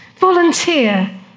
volunteer